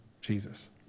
Jesus